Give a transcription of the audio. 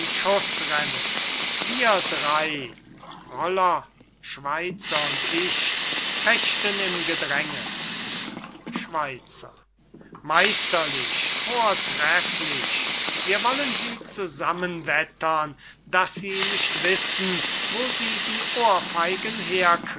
schuß rennen wir drey roller schweizer und ich fechten im gedränge schweizer meisterlich vortrefflich wir wollen sie zusammenwettern daß sie nicht wissen wo sie die ohrfeigen